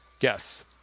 Yes